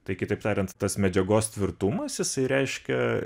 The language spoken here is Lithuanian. tai kitaip tariant tas medžiagos tvirtumas jisai reiškia